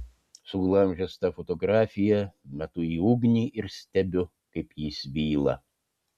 suglamžęs tą fotografiją metu į ugnį ir stebiu kaip ji svyla